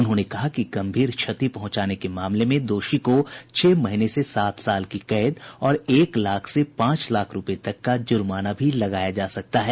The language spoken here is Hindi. उन्होंने कहा कि गंभीर क्षति पहुंचाने के मामले में दोषी को छह महीने से सात वर्ष की कैद और एक लाख से पांच लाख रुपये तक का जुर्माना भी लगाया जा सकता है